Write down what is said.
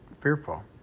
fearful